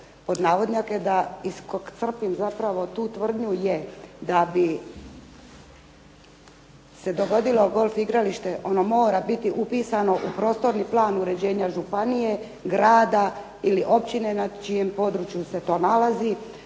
pod navodnike da iscrpim zapravo tu tvrdnju je da bi se dogodilo golf igralište ono mora biti upisano u prostorni plan uređenja županije, grada ili općine na čijem području se to nalazi